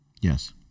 Yes